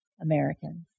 Americans